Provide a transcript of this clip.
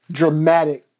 dramatic